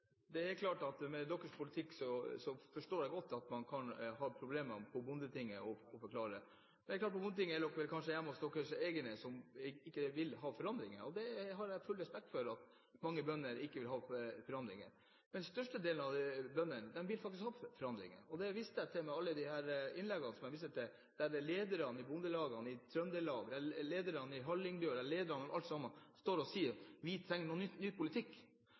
Det er helt klart at med Senterpartiets politikk forstår jeg godt at man på Bondetinget kan ha problemer med å forklare det. Det er klart at på Bondetinget eller blant partiets egne kan det være noen som ikke vil ha forandringer. Jeg har full respekt for at mange bønder ikke vil ha forandringer. Men flesteparten av bøndene vil faktisk ha forandringer. I alle innleggene jeg viste til, står lederne for bondelagene i Trøndelag, Hallingdal osv. og sier at vi trenger ny politikk.